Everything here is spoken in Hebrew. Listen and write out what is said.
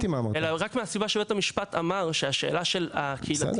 אלא רק מהסיבה שבית המשפט אמר שהשאלה